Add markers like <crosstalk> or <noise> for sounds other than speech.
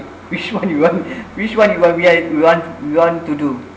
which one you want <laughs> which one you want we we want we want to do